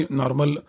normal